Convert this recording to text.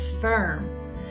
firm